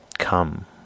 come